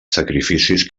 sacrificis